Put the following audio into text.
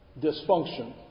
dysfunction